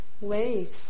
waves